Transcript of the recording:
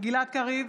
גלעד קריב,